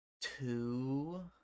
two